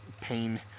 pain